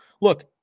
look –